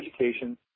education